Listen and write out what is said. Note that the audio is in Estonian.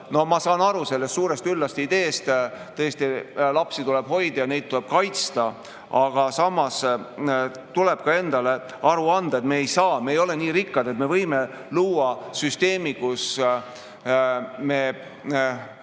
Ma saan aru sellest suurest üllast ideest. Tõesti, lapsi tuleb hoida ja neid tuleb kaitsta. Aga samas tuleb endale aru anda, et me ei ole nii rikkad, et võime luua süsteemi, mille